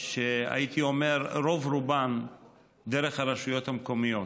שהייתי אומר שרוב רובן הן דרך הרשויות המקומיות.